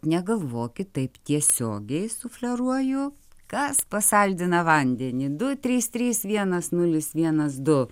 negalvokit taip tiesiogiai sufleruoju kas pasaldina vandenį du trys trys vienas nulis vienas du